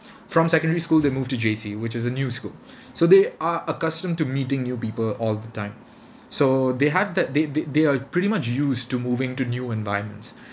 from secondary school they move to J_C which is a new school so they are accustomed to meeting new people all the time so they have that they they they are pretty much used to moving to new environments